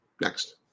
Next